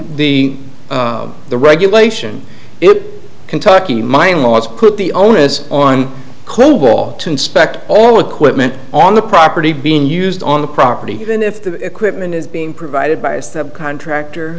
the the regulation it kentucky my in laws put the onus on clay wall to inspect all equipment on the property being used on the property than if the equipment is being provided by a subcontractor